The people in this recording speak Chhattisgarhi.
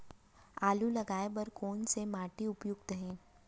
आलू लगाय बर कोन से माटी उपयुक्त हे?